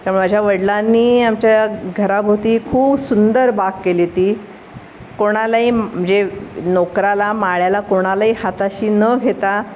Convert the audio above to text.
माझ्या वडिलांनी आमच्या घराभोवती खूप सुंदर बाग केली ती कोणालाही म्हणजे नोकराला माळ्याला कोणालाही हाताशी न घेता